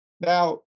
Now